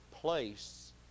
place